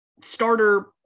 starter